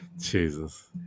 Jesus